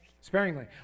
Sparingly